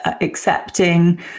accepting